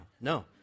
no